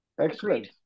Excellent